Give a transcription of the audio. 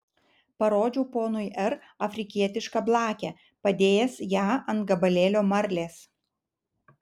parodžiau ponui r afrikietišką blakę padėjęs ją ant gabalėlio marlės